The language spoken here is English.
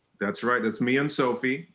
that's right, that's me and sophie,